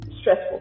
stressful